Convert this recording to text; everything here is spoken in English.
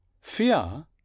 Fear